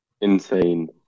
insane